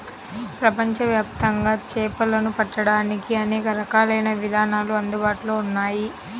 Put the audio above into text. ప్రపంచవ్యాప్తంగా చేపలను పట్టడానికి అనేక రకాలైన విధానాలు అందుబాటులో ఉన్నాయి